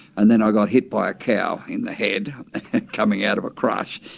and then i got hit by a cow in the head coming out of a crush,